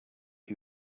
who